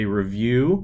review